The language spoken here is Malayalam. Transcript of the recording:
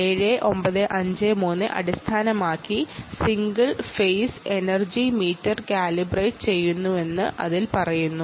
ADE7953 അടിസ്ഥാനമാക്കി single phase energy meter calibrate ചെയ്യാൻ കഴിയുമെന്ന് അതിൽ പറയുന്നു